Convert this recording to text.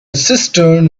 cistern